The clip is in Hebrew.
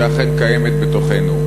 שאכן קיימת בתוכנו,